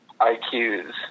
IQs